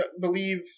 believe